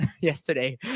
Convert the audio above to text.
yesterday